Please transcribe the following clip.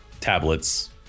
tablets